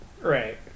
Right